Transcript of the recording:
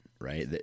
right